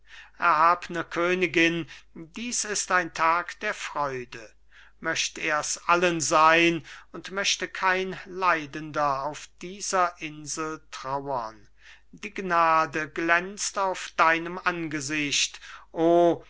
erhabne königin dies ist ein tag der freude möcht er's allen sein und möchte kein leidender auf dieser insel trauern die gnade glänzt auf deinem angesicht oh